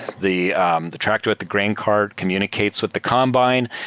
the um the tractor with the grain cart communicates with the combine.